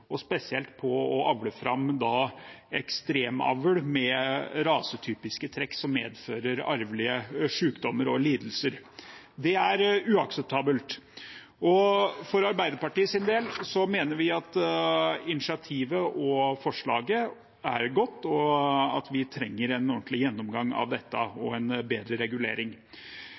spesielt ekstremavl: å avle fram rasetypiske trekk som medfører arvelige sykdommer og lidelser. Det er uakseptabelt. For Arbeiderpartiets del mener vi at initiativet og forslaget er godt, og at vi trenger en ordentlig gjennomgang og en bedre regulering av dette. Vi har merket oss tilbakemeldingen fra landbruksministeren, som påpeker at det kanskje er en